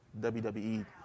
WWE